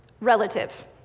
relative